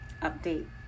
update